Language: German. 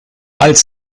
als